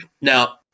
now